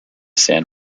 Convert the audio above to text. san